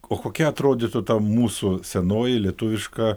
o kokia atrodytų ta mūsų senoji lietuviška